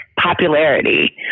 popularity